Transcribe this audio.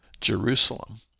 Jerusalem